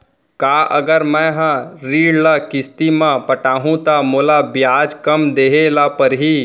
का अगर मैं हा ऋण ल किस्ती म पटाहूँ त मोला ब्याज कम देहे ल परही?